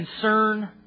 concern